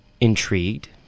intrigued